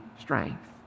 strength